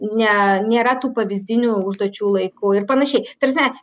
ne nėra tų pavyzdinių užduočių laiku ir panašiai ta prasme